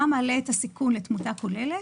גם מעלה את הסיכון לתמותה כוללת,